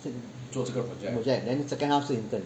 这个 project then second half 是 intern